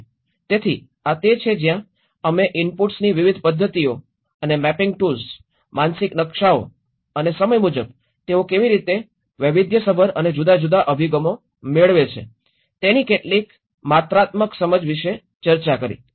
તેથી આ તે છે જ્યાં અમે ઇન્ટરવ્યુની વિવિધ પદ્ધતિઓ અને મેપિંગ ટૂલ્સ માનસિક નકશાઓ અને સમય મુજબ તેઓ કેવી રીતે વૈવિધ્યસભર અને જુદા જુદા અભિગમો મેળવ્યાં છે તેની કેટલીક માત્રાત્મક સમજ વિશે ચર્ચા કરી છે